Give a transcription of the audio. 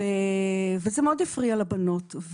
מאוד הפריע לבנות.